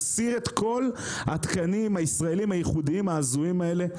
נסיר את כל התקנים הישראלים הייחודיים ההזויים האלה,